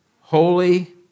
Holy